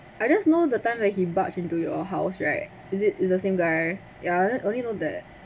I just know the time when he barge into your house right is it it's the same guy ya I only know that